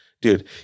dude